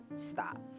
stop